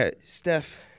Steph